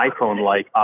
iPhone-like